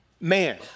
man